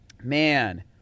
Man